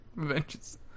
Avengers